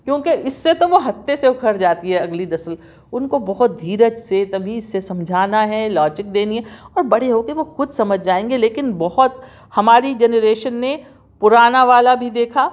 کیوں کہ اس سے تو وہ ہتے سے اکھڑ جاتی ہے اگلی نسل ان کو بہت دھیرج سے تمیز سے سمجھانا ہے لاجک دینی ہے اور بڑے ہو کے وہ خود سمجھ جائیں گے لیکن بہت ہماری جنریشن نے پرانا والا بھی دیکھا